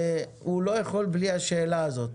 הוא לא יכול בלי השאלה הזאת.